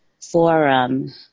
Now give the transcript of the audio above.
forum